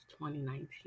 2019